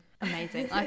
Amazing